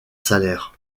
salaire